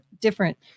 different